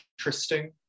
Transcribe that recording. interesting